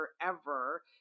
forever